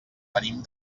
venim